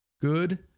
Good